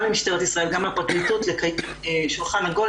למשטרת ישראל וגם לפרקליטות לקיים שולחן עגול,